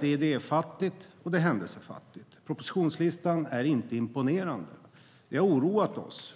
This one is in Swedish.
Det är idéfattigt, och det är händelsefattigt. Propositionslistan är inte imponerande. Det har oroat oss.